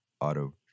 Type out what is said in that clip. auto